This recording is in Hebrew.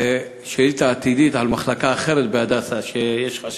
שאילתה עתידית על מחלקה אחרת ב"הדסה" שיש חשש,